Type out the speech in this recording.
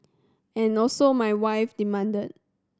and also my wife demanded